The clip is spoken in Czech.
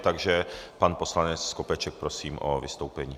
Takže pan poslanec Skopeček, prosím o vystoupení.